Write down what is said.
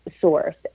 source